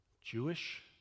Jewish